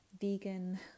vegan